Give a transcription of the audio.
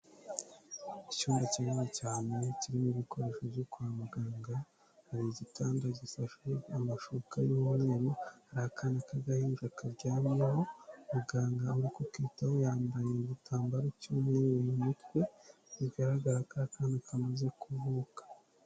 Icyumba kinini cyane kirimo ibikoresho byo kwa muganga hari igitanda gisashweho amashuka y'umumweru hari akana k'agahinja karyamyeho muganga ari ku kitaho yambaye igitambaro cyo umweru mu mutwe bigaragara ko akana kamaze kuvuka.